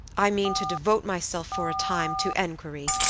i mean to devote myself for a time to enquiry,